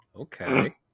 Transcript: Okay